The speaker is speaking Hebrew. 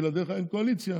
בלעדיך אין קואליציה,